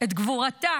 את גבורתה